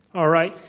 all right?